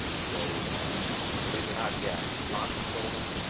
so believe or not, yeah, launch controlling,